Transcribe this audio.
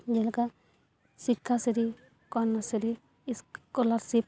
ᱡᱮᱞᱮᱠᱟ ᱥᱤᱠᱠᱷᱟᱥᱨᱤ ᱠᱚᱱᱱᱟᱥᱨᱤ ᱤᱥᱠᱚᱞᱟᱨᱥᱤᱯ